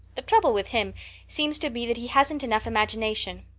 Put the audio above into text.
the trouble with him seems to be that he hasn't enough imagination.